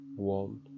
One